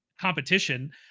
competition